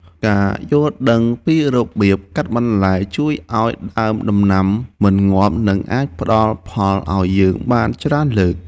ការយល់ដឹងពីរបៀបកាត់បន្លែជួយឱ្យដើមដំណាំមិនងាប់ និងអាចផ្តល់ផលឱ្យយើងបានច្រើនលើក។